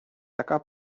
така